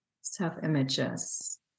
self-images